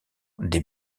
des